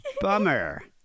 bummer